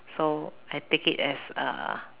so I take it as uh